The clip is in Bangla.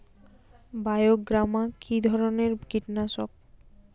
বায়োগ্রামা কিধরনের কীটনাশক?